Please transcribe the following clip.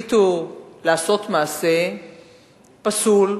לעשות מעשה פסול,